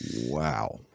Wow